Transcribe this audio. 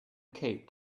cape